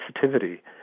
sensitivity